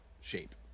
shape